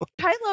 Kylo